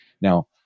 Now